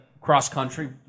cross-country